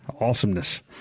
Awesomeness